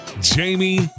Jamie